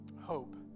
hope